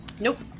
Nope